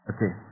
Okay